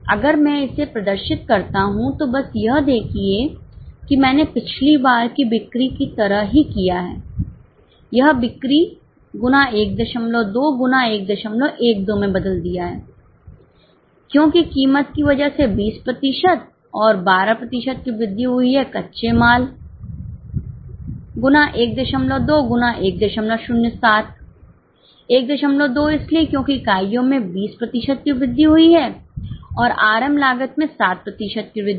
अगर मैं इसे प्रदर्शित करता हूं तो बस यह देखिए कि मैंने पिछली बार की बिक्री की तरह ही किया हैयह बिक्री गुना 12 गुना 112 में बदल दिया है क्योंकि कीमत की वजह से 20 प्रतिशत और 12 प्रतिशत की वृद्धि हुई है कच्चे माल गुना 12 गुना 107 12 इसलिए क्योंकि इकाइयों में 20 प्रतिशत की वृद्धि हुई है और आरएम लागत में 7 प्रतिशत की वृद्धि